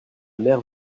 mère